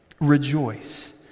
rejoice